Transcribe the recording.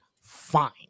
Fine